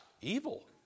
Evil